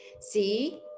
See